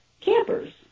campers